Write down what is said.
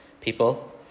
people